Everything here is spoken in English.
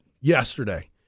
yesterday